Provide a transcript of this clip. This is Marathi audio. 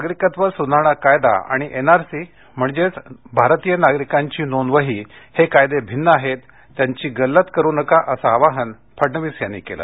नागरिकत्व सुधारणा कायदा आणि एनआरसी म्हणजे भारतीय नागरिकांची नोंदवही हे कायदे भिन्न आहेत त्यांची गल्लत करु नका असं आवाहन फडणवीस यांनी केल